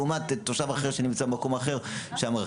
לעומת תושב אחר שנמצא במקום אחר במרחק.